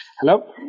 Hello